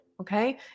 okay